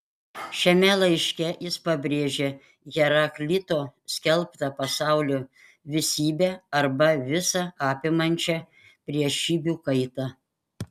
šiame laiške jis pabrėžia heraklito skelbtą pasaulio visybę arba visą apimančią priešybių kaitą